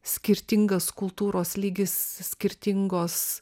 skirtingas kultūros lygis skirtingos